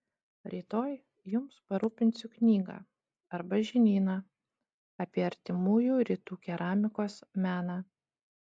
rytoj jums parūpinsiu knygą arba žinyną apie artimųjų rytų keramikos meną